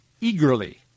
eagerly